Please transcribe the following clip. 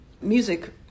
music